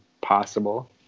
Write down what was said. possible